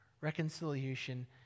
reconciliation